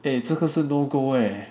eh 这个是 no go eh